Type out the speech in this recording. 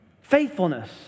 faithfulness